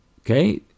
Okay